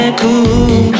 cool